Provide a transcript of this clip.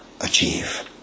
achieve